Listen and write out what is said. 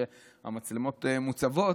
שהמצלמות מוצבות,